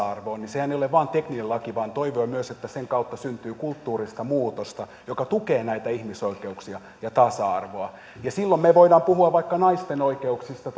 arvoon niin sehän ei ole vain tekninen laki vaan toivoin myös että sen kautta syntyy kulttuurista muutosta joka tukee näitä ihmisoikeuksia ja tasa arvoa ja silloin me voimme puhua vaikka naisten oikeuksista